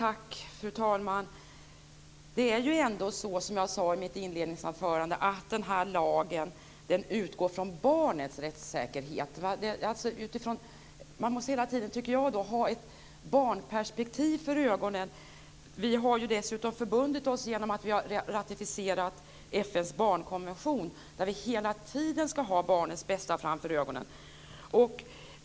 Fru talman! Det är ändå så, som jag sade i mitt inledningsanförande, att den här lagen utgår från barnets rättssäkerhet. Man måste hela tiden ha ett barnperspektiv för ögonen. Vi har dessutom förbundit oss genom att vi har ratificerat FN:s barnkonvention, där vi hela tiden ska ha barnets bästa framför ögonen.